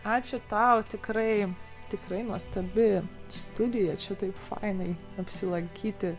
ačiū tau tikrai tikrai nuostabi studija čia taip fainai apsilankyti